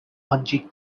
bungee